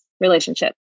relationship